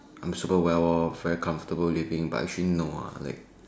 I am super well off very comfortable living but actually no ah like